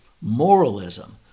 moralism